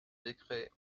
décret